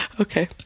Okay